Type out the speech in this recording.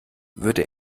würde